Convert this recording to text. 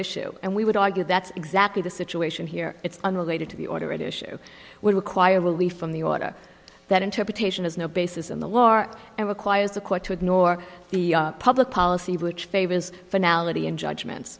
issue and we would argue that's exactly the situation here it's unrelated to the order at issue would require relief from the order that interpretation has no basis in the war and requires the court to ignore the public policy which favors finalmente in judgment